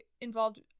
involved